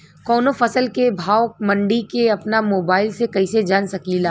कवनो फसल के भाव मंडी के अपना मोबाइल से कइसे जान सकीला?